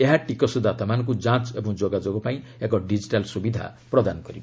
ଏହା ଟିକସଦାତାମାନଙ୍କୁ ଯାଞ୍ଚ ଏବଂ ଯୋଗାଯୋଗ ପାଇଁ ଏକ ଡିଜିଟାଲ୍ ସୁବିଧା ପ୍ରଦାନ କରିବ